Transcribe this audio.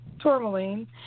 tourmaline